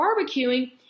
barbecuing